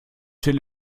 till